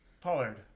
Pollard